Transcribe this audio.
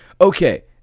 Okay